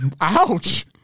Ouch